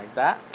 that,